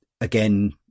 again